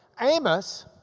Amos